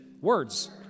Words